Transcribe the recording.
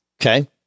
Okay